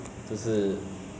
其实没有做什么啊